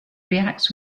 reacts